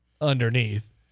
underneath